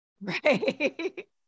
Right